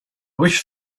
wish